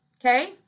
okay